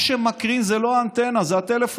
מה שמקרין זו לא האנטנה, זה הטלפון.